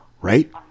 right